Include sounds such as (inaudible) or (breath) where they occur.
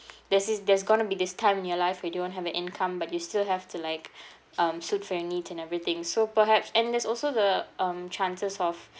there's this there's going to be this time in your life where you don't have a income but you still have to like (breath) um suit for your need and everything so perhaps and there's also the um chances of